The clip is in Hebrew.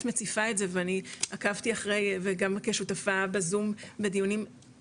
מציפה את זה ואני עקבתי אחרי וגם כשותפה בזום בדיונים,